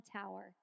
tower